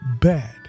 bad